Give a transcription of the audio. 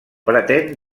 pretén